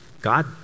God